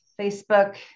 Facebook